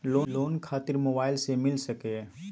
Loan खातिर mobile से मिलता सके?